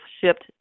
shipped